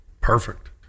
Perfect